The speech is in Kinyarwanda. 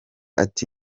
ati